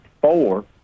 four